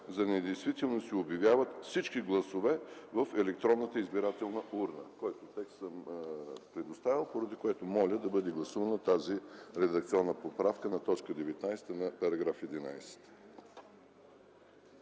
за недействителни се обявяват всички гласове в електронната избирателна урна.” Този текст съм го предоставил, поради което моля да бъде гласувана редакционната поправка на т. 19 на § 11.